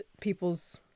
people's